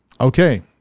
Okay